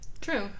true